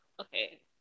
okay